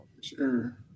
Sure